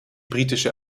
britische